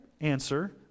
answer